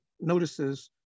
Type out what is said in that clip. notices